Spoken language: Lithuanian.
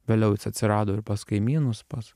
vėliau jis atsirado ir pas kaimynus pas